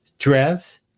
Stress